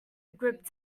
grip